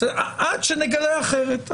עד שנגלה אחרת.